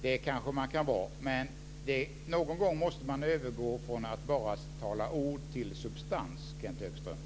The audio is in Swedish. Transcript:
Det kanske man kan vara. Men någon gång måste man övergå från att bara uttala ord till substans, Kenth Högström.